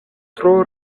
tro